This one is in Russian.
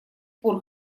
пор